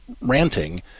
ranting